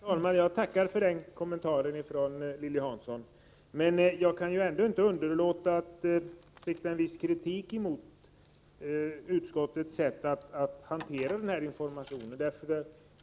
Herr talman! Jag tackar för den kommentaren från Lilly Hansson. Men jag kan ändå inte underlåta att rikta en viss kritik mot utskottets sätt att hantera informationen.